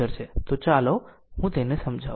તો ચાલો હું તેને સમજાવું